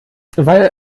weil